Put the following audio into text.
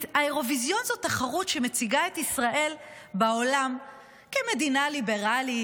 האירוויזיון זו תחרות שמציגה את ישראל בעולם כמדינה ליברלית,